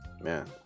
Man